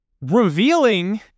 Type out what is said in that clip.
revealing